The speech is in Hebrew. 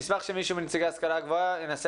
אשמח אם מישהו מנציגי ההשכלה הגבוהה ינסה